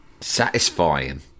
satisfying